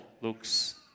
looks